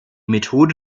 methode